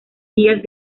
guías